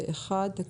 הצבעה אושרה.